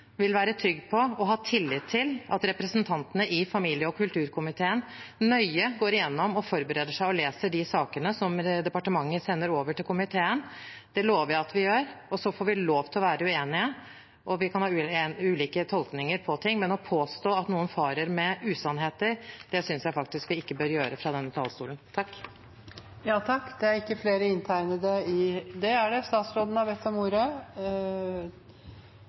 og kulturkomiteen forbereder seg og går nøye gjennom og leser de sakene som departementet sender over til komiteen. Det lover jeg at vi gjør, og så får vi lov til å være uenige. Vi kan ha ulike tolkninger av ting, men å påstå at noen farer med usannheter, synes jeg faktisk vi ikke bør gjøre fra denne talerstolen. Dette er litt uvanlig. Vi har en proposisjon som er kort og enkel, og det er